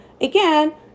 Again